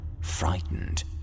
frightened